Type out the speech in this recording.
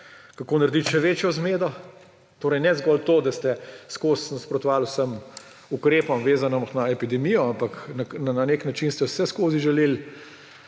kako narediti še večjo zmedo. Torej ne zgolj to, da ste vedno nasprotovali vsem ukrepom, vezanih na epidemijo, ampak na nek način ste vseskozi želeli